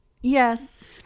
Yes